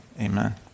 amen